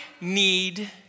need